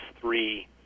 three